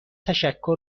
تشکر